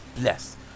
bless